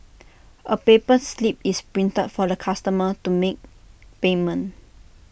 A paper slip is printed for the customer to make payment